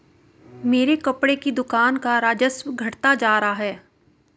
मेरी कपड़े की दुकान का राजस्व घटता जा रहा है